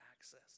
access